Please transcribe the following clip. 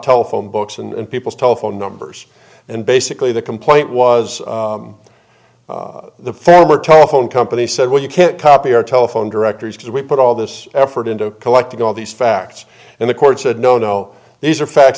telephone books and people's telephone numbers and basically the complaint was the former telephone company said well you can't copy our telephone directories because we put all this effort into collecting all these facts and the court said no no these are facts